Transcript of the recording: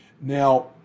Now